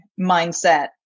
mindset